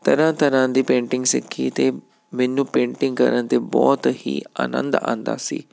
ਤਰ੍ਹਾਂ ਤਰ੍ਹਾਂ ਦੀ ਪੇਂਟਿੰਗ ਸਿੱਖੀ ਅਤੇ ਮੈਨੂੰ ਪੇਂਟਿੰਗ ਕਰਨ 'ਤੇ ਬਹੁਤ ਹੀ ਆਨੰਦ ਆਉਂਦਾ ਸੀ